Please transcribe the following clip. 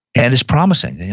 and it's promising.